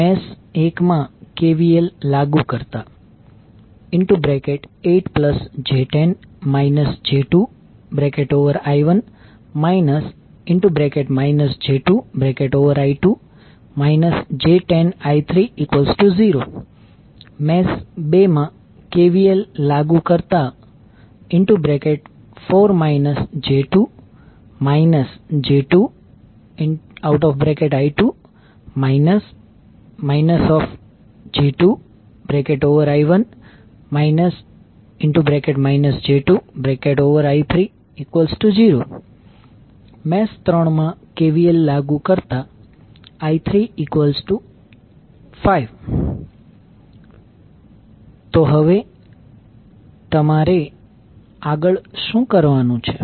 mesh 1 માં KVL લાગુ કરતા 8j10 j2I1 j2I2 j10I30 mesh 2 માં KVL લાગુ કરતા 4 j2 j2I2 j2I1 I30 mesh 3 માં KVL લાગુ કરતા I35 તો હવે તમારે આગળ શું કરવાનું છે